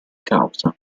causa